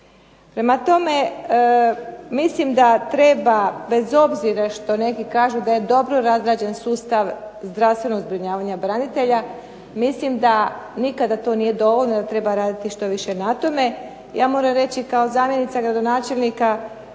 Prema tome, mislim da treba bez obzira što neki kažu da je dobro razrađen sustav zdravstvenog zbrinjavanja branitelja, mislim da to nikada nije dovoljno i treba raditi što više na tome. Ja moram reći da kao zamjenica gradonačelnika